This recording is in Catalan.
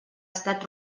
estat